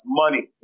money